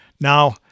Now